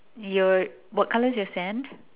your what color is your sand